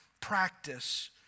practice